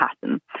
pattern